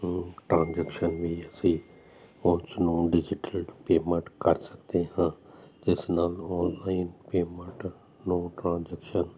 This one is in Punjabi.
ਟਰਾਂਜੈਕਸ਼ਨ ਵੀ ਸੀ ਉਸ ਨੂੰ ਡਿਜੀਟਲ ਪੇਮੈਂਟ ਕਰ ਸਕਦੇ ਹਾਂ ਜਿਸ ਨਾਲ ਹੁਣ ਅਸੀਂ ਪੇਮੈਂਟ ਨੂੰ ਟਰਾਂਜੈਕਸ਼ਨ